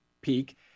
peak